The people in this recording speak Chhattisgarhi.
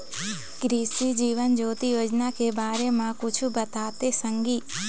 कृसि जीवन ज्योति योजना के बारे म कुछु बताते संगी